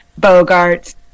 Bogarts